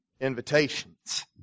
invitations